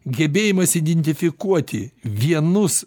gebėjimas identifikuoti vienus